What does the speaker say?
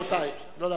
רבותי, לא להפריע.